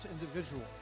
individual